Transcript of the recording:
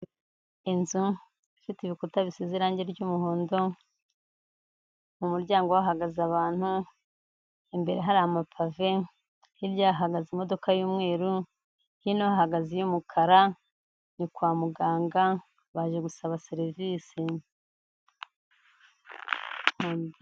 Inzu ifite ibikuta bisize irangi ry'umuhondo. Mu muryango hahagaze, abantu imbere hari amapave hirya hagaze imodoka y'umweru, hino hahahagaze iy'umukara, ni kwa muganga. Baje gusaba serivisi.